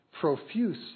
Profuse